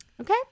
Okay